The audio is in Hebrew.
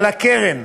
על הקרן,